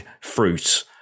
fruit